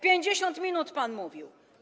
50 minut pan mówił.